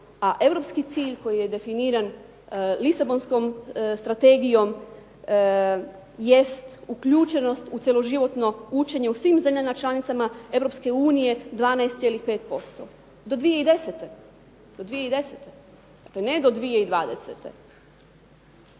a europski cilj koji je definiran Lisabonskom strategijom jest uključenost u cjeloživotno učenje u svim zemljama članicama Europske unije 12,5% do 2010., dakle ne do 2020.